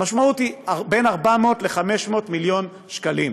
המשמעות היא בין 400 ל-500 מיליון שקלים,